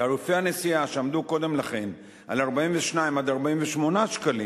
תעריפי הנסיעה שעמדו קודם לכן על 42 48 שקלים,